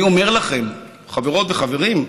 אני אומר לכם, חברות וחברים,